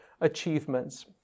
achievements